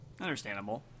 Understandable